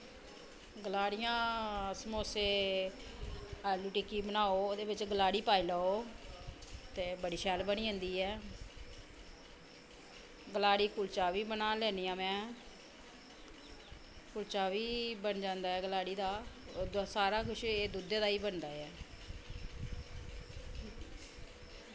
गलाड़ियां समोसे आलू टिक्की बनाओ ते ओह्दे बिच गलाड़ी पाई लैओ ते बड़ी शैल बनी जंदी ऐ गलाड़ी कुलचा बी बना लैन्नी आं में कुलचा बी बन जांदा ऐ गलाड़ी दा सारा किश एह् दुद्धै दा ई बनदा ऐ